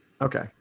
Okay